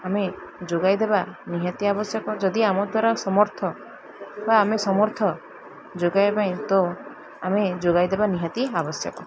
ଆମେ ଯୋଗାଇଦବା ନିହାତି ଆବଶ୍ୟକ ଯଦି ଆମର ଦ୍ଵାରା ସମର୍ଥ ବା ଆମେ ସମର୍ଥ ଯୋଗାଇବା ପାଇଁ ତ ଆମେ ଯୋଗାଇଦେବା ନିହାତି ଆବଶ୍ୟକ